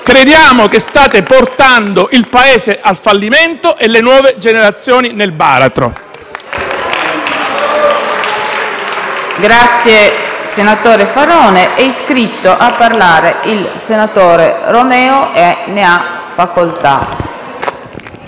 crediamo che stiate portando il Paese al fallimento e le nuove generazioni nel baratro.